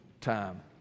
time